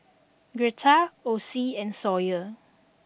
Girtha Ocie and Sawyer